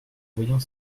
voyant